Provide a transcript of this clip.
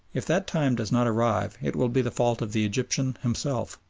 if that time does not arrive it will be the fault of the egyptian himself.